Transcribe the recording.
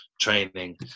training